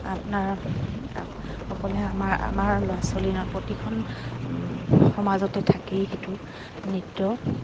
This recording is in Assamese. আপোনাৰ সকলে আমাৰ আমাৰ ল'ৰা ছোৱালী প্ৰতিখন সমাজতে থাকেই সেইটো নৃত্য